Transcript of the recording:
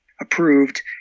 approved